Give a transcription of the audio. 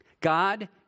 God